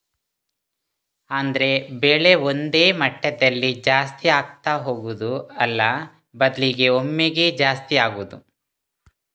ಅಂದ್ರೆ ಬೆಲೆ ಒಂದೇ ಮಟ್ಟದಲ್ಲಿ ಜಾಸ್ತಿ ಆಗ್ತಾ ಹೋಗುದು ಅಲ್ಲ ಬದ್ಲಿಗೆ ಒಮ್ಮೆಗೇ ಜಾಸ್ತಿ ಆಗುದು